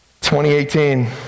2018